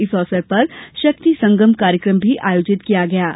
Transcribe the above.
इस अवसर पर शक्ति संगम कार्यक्रम भी आयोजित किया गया है